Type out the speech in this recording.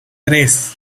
tres